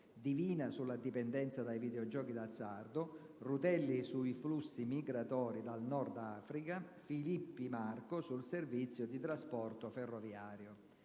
Divina, sulla dipendenza dai videogiochi d'azzardo; Rutelli, sui flussi migratori dal Nord Africa; Filippi Marco, sul servizio di trasporto ferroviario.